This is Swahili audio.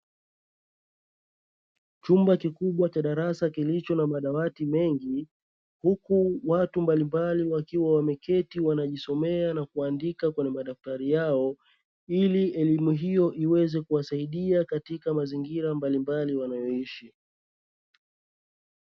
Chumba kikubwa cha darasa kilicho na madawati mengi, huku watu mbalimbali wakiwa wameketi wanajisomea na kuandika kwenye madaftari yao. Ili elimu hiyo iweze kuwasaidia katika mazingira mbalimbali wanayoishi.